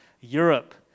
Europe